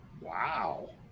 wow